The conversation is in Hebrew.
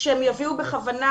שהם יביאו בכוונה